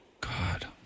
God